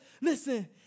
listen